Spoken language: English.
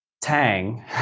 Tang